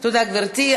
תודה, גברתי.